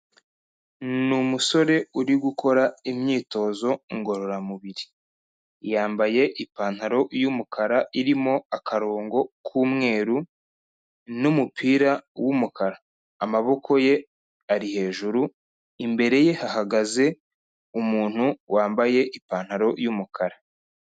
Ni umusore uri gukora imyitozo ngororamubiri, yambaye ipantaro y'umukara irimo akarongo k'umweru n'umupira w'umukara, amaboko ye ari hejuru, imbere ye hahagaze umuntu wambaye ipantaro y'umukara.